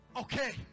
Okay